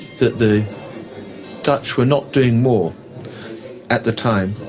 that the dutch were not doing more at the time.